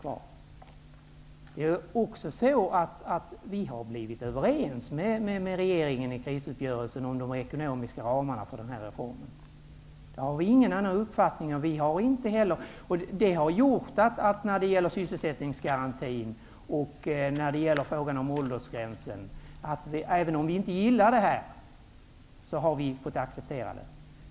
Vi har också blivit överens med regeringen i krisuppgörelsen om de ekonomiska ramarna för den här reformen. Jag har ingen annan uppfattning. Det har medfört att även om vi inte gillar frågan om sysselsättningsgarantin och åldersgränsen har vi fått acceptera det.